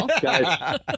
Guys